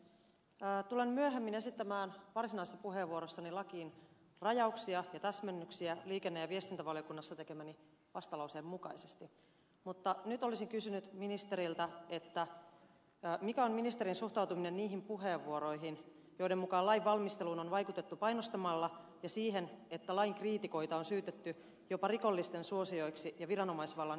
tulen myöhemmin esittämään varsinaisessa puheenvuorossani lakiin rajauksia ja täsmennyksiä liikenne ja viestintävaliokunnassa tekemäni vastalauseen mukaisesti mutta nyt olisin kysynyt ministeriltä mikä on ministerin suhtautuminen niihin puheenvuoroihin joiden mukaan lain valmisteluun on vaikutettu painostamalla ja siihen että lain kriitikoita on syytetty jopa rikollisten suosijoiksi ja viranomaisvallan väärinkäyttäjiksi